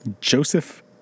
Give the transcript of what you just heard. Joseph